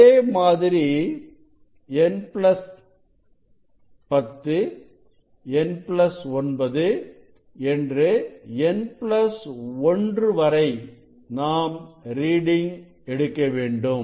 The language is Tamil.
இதே மாதிரி n 10 n9 என்று n1 வரை நாம் ரீடிங் எடுக்க வேண்டும்